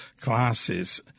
classes